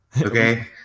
Okay